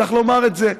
צריך לומר את זה.